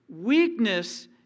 Weakness